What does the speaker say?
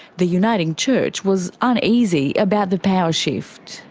the uniting church was uneasy about the power shift.